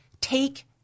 Take